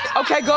okay, good.